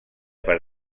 per